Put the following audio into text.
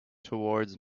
towards